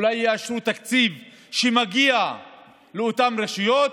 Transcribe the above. אולי יאשרו תקציב שמגיע לאותן רשויות.